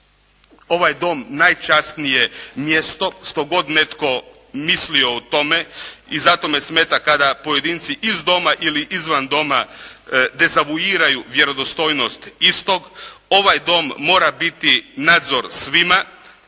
ovaj Dom najčasnije mjesto, što god netko mislio o tome i zato me smeta kada pojedinci iz Doma ili izvan Doma dezavuiraju vjerodostojnost istog. Ovaj Dom mora biti nadzor svima